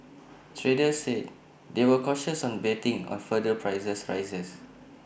traders said they were cautious on betting on further prices rises